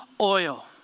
oil